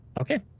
Okay